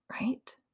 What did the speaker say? right